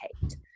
hate